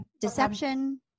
deception